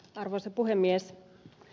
arvoisa puhemies